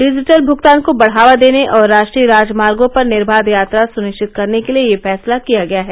digital भुगतान को बढावा देने और राष्ट्रीय राजमार्गो पर निर्बाध यात्रा सनिश्चित करने के लिए यह फैसला किया गया है